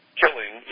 killing